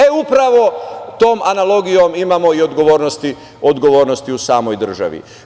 E, upravo tom analogijom imamo i odgovornosti u samoj državi.